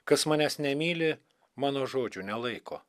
kas manęs nemyli mano žodžio nelaiko